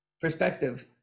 perspective